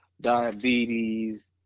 diabetes